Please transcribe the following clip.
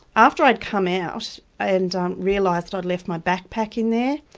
after i'd come out and realised i'd left my backpack in there,